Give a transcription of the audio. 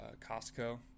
Costco